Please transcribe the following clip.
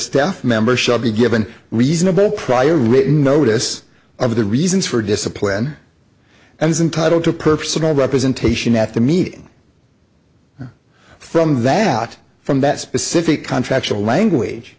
staff member shall be given reasonable prior written notice of the reasons for discipline and is entitle to personal representation at the meeting from that from that specific contractual language